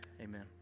Amen